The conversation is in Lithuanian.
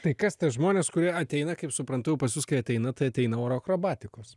tai kas tie žmonės kurie ateina kaip suprantu jau pas jus kai ateina tai ateina oro akrobatikos